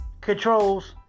controls